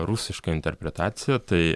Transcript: rusišką interpretaciją tai